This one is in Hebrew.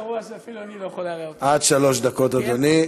ואני אומר את זה בדם לבי.